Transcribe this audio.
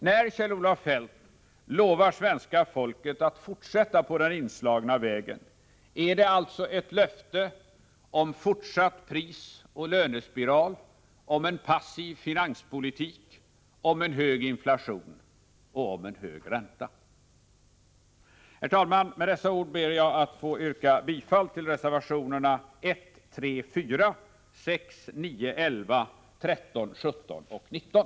När Kjell-Olof Feldt lovar svenska folket att fortsätta på den inslagna vägen är det alltså ett löfte om en fortsatt prisoch lönespiral, om en passiv finanspolitik, om en hög inflation och om en hög ränta. Herr talman! Med dessa ord ber jag att få yrka bifall till reservationerna 1, 3, 4, 6, 9, 11, 13, 17 och 19.